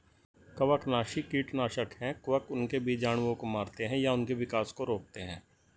कवकनाशी कीटनाशक है कवक उनके बीजाणुओं को मारते है या उनके विकास को रोकते है